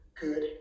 good